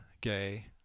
gay